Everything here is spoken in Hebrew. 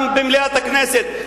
גם במליאת הכנסת,